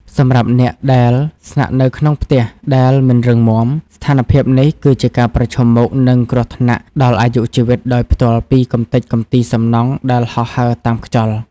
សម្រាប់អ្នកដែលស្នាក់នៅក្នុងផ្ទះដែលមិនរឹងមាំ ស្ថានភាពនេះគឺជាការប្រឈមមុខនឹងគ្រោះថ្នាក់ដល់អាយុជីវិតដោយផ្ទាល់ពីកម្ទេចកម្ទីសំណង់ដែលហោះហើរតាមខ្យល់។